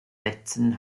netzen